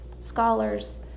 scholars